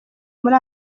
muri